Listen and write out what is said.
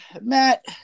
Matt